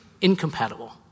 incompatible